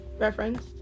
reference